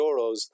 euros